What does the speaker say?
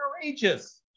courageous